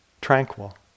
tranquil